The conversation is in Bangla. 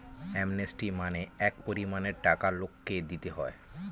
অ্যামনেস্টি মানে এক পরিমানের টাকা লোককে দিতে হয়